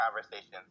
conversations